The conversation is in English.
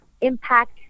impact